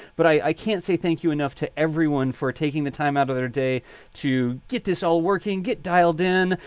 but i can't say thank you enough to everyone for taking the time out of their day to get this all working, get dialed in,